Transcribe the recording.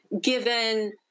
given